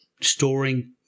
storing